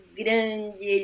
grande